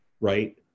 right